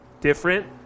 different